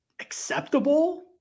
acceptable